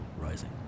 rising